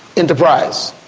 enterprise.